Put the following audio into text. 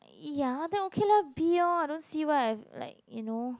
ya then okay lah B orh I don't see why I like you know